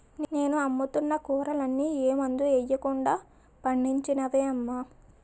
నేను అమ్ముతున్న కూరలన్నీ ఏ మందులెయ్యకుండా పండించినవే అమ్మా